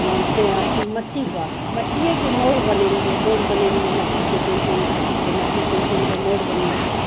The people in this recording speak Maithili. अथी मट्टीपर मट्टीयेके मोर बनेलियै मोर बनेलियै मट्टीके सानि सानिके अथीके मट्टी सानि सानिके मोर बनेलियै